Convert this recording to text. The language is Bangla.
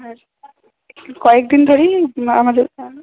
হ্যাঁ কয়েকদিন ধরেই আমাদের